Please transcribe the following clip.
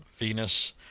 Venus